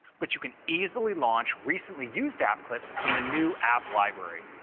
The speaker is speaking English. but you can easily launch recently used app clips from the new app library.